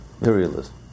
materialism